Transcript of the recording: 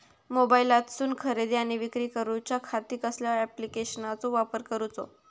मोबाईलातसून खरेदी आणि विक्री करूच्या खाती कसल्या ॲप्लिकेशनाचो वापर करूचो?